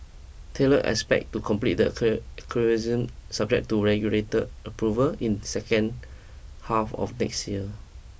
Thales expect to complete the acer acquisition subject to regulated approval in second half of next year